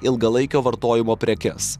ilgalaikio vartojimo prekes